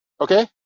Okay